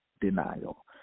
denial